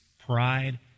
pride